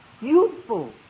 youthful